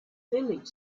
village